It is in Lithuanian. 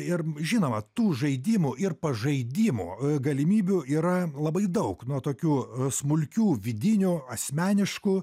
ir žinoma tų žaidimų ir pažaidimo galimybių yra labai daug nuo tokių smulkių vidinių asmeniškų